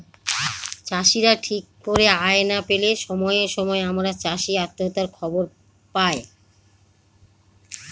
চাষীরা ঠিক করে আয় না পেলে সময়ে সময়ে আমরা চাষী আত্মহত্যার খবর পায়